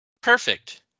Perfect